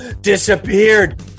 disappeared